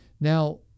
Now